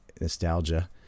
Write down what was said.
nostalgia